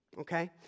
Okay